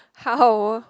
how